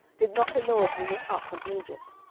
did not the lord bring us up from egypt?